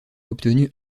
obtenu